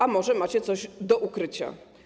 A może macie coś do ukrycia?